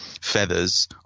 feathers